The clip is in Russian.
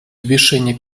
завершение